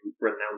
renounce